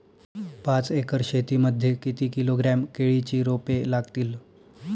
पाच एकर शेती मध्ये किती किलोग्रॅम केळीची रोपे लागतील?